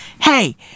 Hey